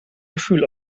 gefühl